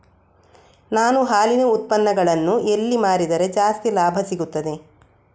ನಾನು ಹಾಲಿನ ಉತ್ಪನ್ನಗಳನ್ನು ಎಲ್ಲಿ ಮಾರಿದರೆ ಜಾಸ್ತಿ ಲಾಭ ಸಿಗುತ್ತದೆ?